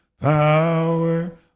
power